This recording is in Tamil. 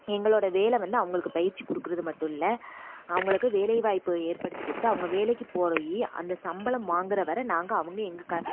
எங்களோடய வேலை வந்து அவங்களுக்கு பயிற்சி கொடுக்கறது மட்டும் இல்லை அவங்களுக்கு வேலை வாய்ப்பு ஏற்படுத்தி கொடுத்து அவங்க வேலைக்கு போறவியி அந்த சம்பளம் வாங்கற வரை நாங்கள் அவங்க எங்கள் க